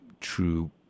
true